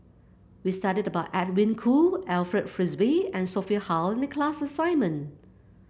we studied about Edwin Koo Alfred Frisby and Sophia Hull in the class assignment